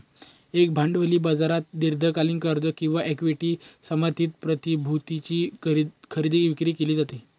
एका भांडवली बाजारात दीर्घकालीन कर्ज किंवा इक्विटी समर्थित प्रतिभूतींची खरेदी विक्री केली जाते